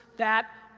that,